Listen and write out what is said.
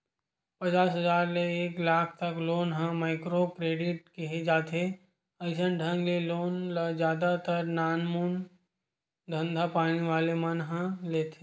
पचास हजार ले एक लाख तक लोन ल माइक्रो क्रेडिट केहे जाथे अइसन ढंग के लोन ल जादा तर नानमून धंधापानी वाले मन ह ही लेथे